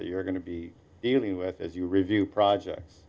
that you're going to be dealing with as you review projects